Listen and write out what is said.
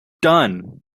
done